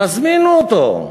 תזמינו אותו.